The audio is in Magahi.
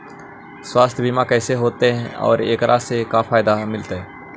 सवासथ बिमा कैसे होतै, और एकरा से का फायदा मिलतै?